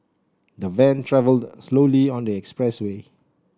the van travelled slowly on the expressway